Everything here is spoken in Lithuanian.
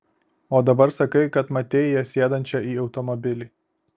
o dabar sakai kad matei ją sėdančią į automobilį